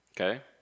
Okay